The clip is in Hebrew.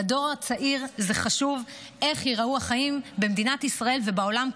לדור הצעיר חשוב איך ייראו החיים במדינת ישראל ובעולם כולו.